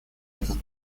этот